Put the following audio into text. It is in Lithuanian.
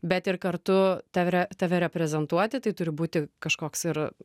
bet ir kartu tare tave reprezentuoti tai turi būti kažkoks ir